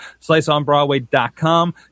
sliceonbroadway.com